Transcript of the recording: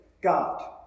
God